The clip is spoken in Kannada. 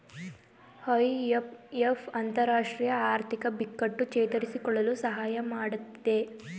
ಐ.ಎಂ.ಎಫ್ ಅಂತರರಾಷ್ಟ್ರೀಯ ಆರ್ಥಿಕ ಬಿಕ್ಕಟ್ಟು ಚೇತರಿಸಿಕೊಳ್ಳಲು ಸಹಾಯ ಮಾಡತ್ತಿದೆ